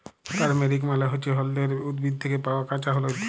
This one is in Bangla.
তারমেরিক মালে হচ্যে হল্যদের উদ্ভিদ থ্যাকে পাওয়া কাঁচা হল্যদ